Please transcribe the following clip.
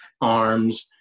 arms